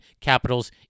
Capitals